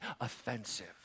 offensive